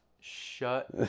Shut